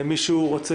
נגיף קורונה החדש),